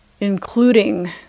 including